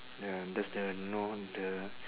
ya that's the know the